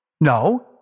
No